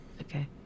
Okay